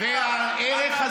וחופש הביטוי זה עוגן.